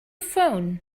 phone